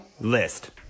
list